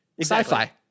sci-fi